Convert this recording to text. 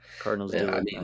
Cardinals